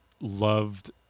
loved